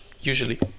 usually